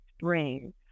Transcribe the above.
spring